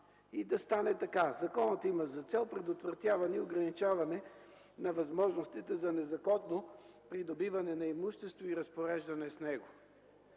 1 по следния начин: „Законът има за цел предотвратяване и ограничаване на възможностите за незаконно придобиване на имущество и разпореждането с него”.